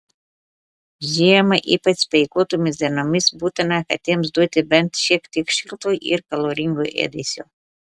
žiemą ypač speiguotomis dienomis būtina katėms duoti bent šiek tiek šilto ir kaloringo ėdesio